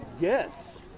Yes